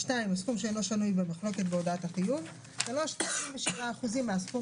(2) הסכום שאינו שנוי במחלוקת בהודעת החיוב; (3) 97% מהסכום